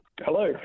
Hello